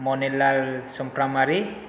Manilal सुमफ्रामारि